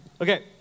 Okay